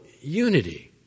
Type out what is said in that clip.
unity